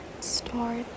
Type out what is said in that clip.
Start